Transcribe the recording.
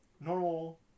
normal